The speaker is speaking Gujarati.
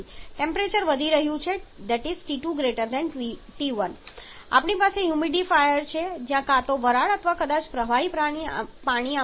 તેથી ટેમ્પરેચર વધી રહ્યું છે T2 T1 પછી આપણી પાસે હ્યુમિડિફાયર છે જ્યાં કાં તો વરાળ અથવા કદાચ પ્રવાહી પાણી આમાં છાંટવામાં આવે છે